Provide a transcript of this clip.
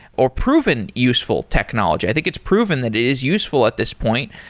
or proven useful technology. i think it's proven that it is useful at this point.